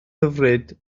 hyfryd